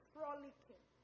Frolicking